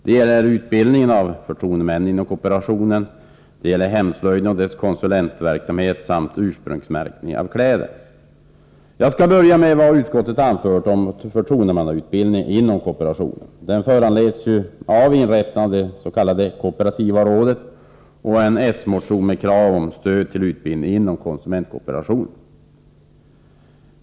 Det gäller utbildningen av förtroendemän inom kooperationen, hemslöjden och dess konsulentverksamhet samt ursprungsmärkning av kläder. Jag skall börja med vad utskottet anfört om förtroendemannautbildningen inom kooperationen. Den föranleds ju av inrättandet av det kooperativa rådet och en s-motion med krav om stöd till utbildning inom konsumentkooperationen.